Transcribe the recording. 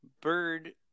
bird